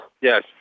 Yes